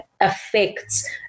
affects